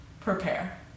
Prepare